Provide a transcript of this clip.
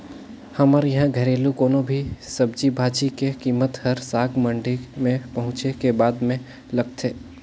हमर इहां घरेलु कोनो भी सब्जी भाजी के कीमेत हर साग मंडी में पहुंचे के बादे में लगथे